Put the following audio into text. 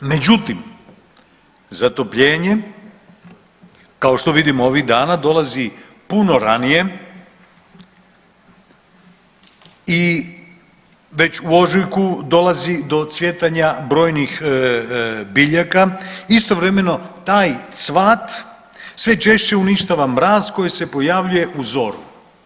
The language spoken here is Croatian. Međutim, zatopljenje kao što vidimo ovih dana dolazi puno ranije i već u ožujku dolazi do cvjetanja brojnih biljaka, istovremeno taj cvat sve češće uništava mraz koji se pojavljuje u zoru.